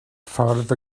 ffordd